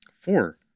Four